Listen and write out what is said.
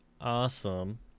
awesome